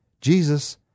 Jesus